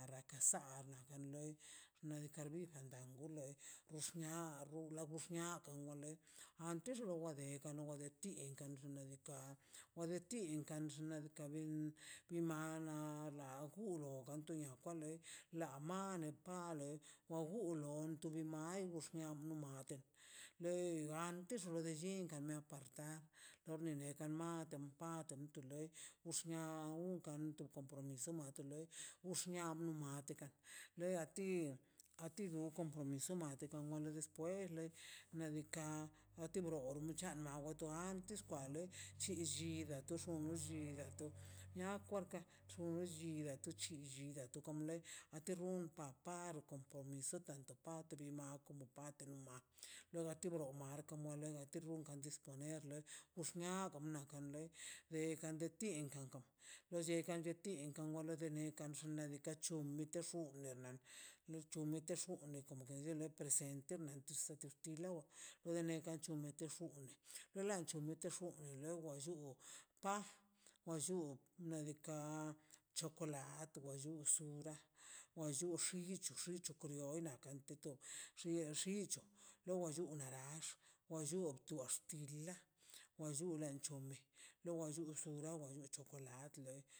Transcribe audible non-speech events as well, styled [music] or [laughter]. San nakan le nardika dan gonle xuxnia gon la goxnia gon wa le anti won wale do de ti ikan lo xnaꞌ diikaꞌ wa de tinxka ben mi mala na gulo na kwa lei la male gulon tubu mailə xux miate le gantex lo de xinkan na parta doblemene gant pante nuka lei wxian untan ka to compromiso mata lei wxnia nu mate me a ti a ti du compromiso mateka sepueder nadikaꞌ a ti woma xicha [noise] ate rrun pat paro compromiso tanto partə de ma tanto partə de ma lora ti bro mole rragantiko mer le uxnia nakan le de kalentinda lo llan kalentin kan wale da ne kan xola den kan chu nerman nuchi meter chu ne komo lle sentemente setertile wa [unintelligible] luego lluu pa alluu nedika chocolate wa llus sura wa rruchi irruchis ruchi krioi nakan de to xia xicho loga llu a nax wa llun to axtila wa llunle chon li lo wan llul llulawan na de chocolatlə.